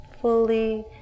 fully